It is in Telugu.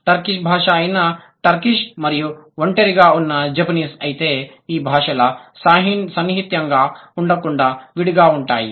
టర్కిక్ భాష అయిన టర్కిష్ మరియు ఒంటరిగా ఉన్న జపనీస్ అయితే ఈ భాషలు సాన్నిహిత్యంగా ఉండకుండా విడిగా ఉంటాయి